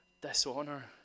dishonor